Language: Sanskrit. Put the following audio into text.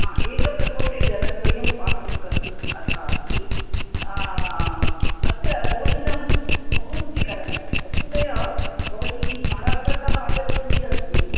एकप्रकोष्ठे जनद्वयं वासं कर्तुम् अर्हम् अस्ति अत्र भोजनं बहुरुचिकरं भवति वस्तुतया भवती महाराष्ट्रतः आगच्छन्ती अस्ति